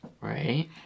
Right